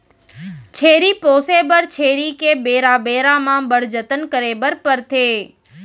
छेरी पोसे बर छेरी के बेरा बेरा म बड़ जतन करे बर परथे